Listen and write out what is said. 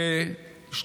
ברשותך,